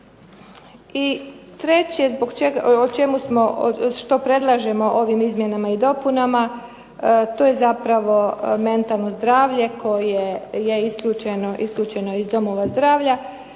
I treće što predlažemo ovim izmjenama i dopunama to je zapravo mentalno zdravlje koje je isključeno iz domova zdravlja